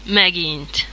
megint